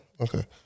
Okay